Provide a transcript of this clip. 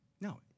No